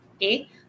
okay